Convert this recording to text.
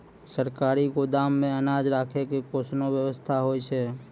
सरकारी गोदाम मे अनाज राखै के कैसनौ वयवस्था होय छै?